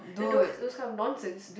then those those kind of nonsense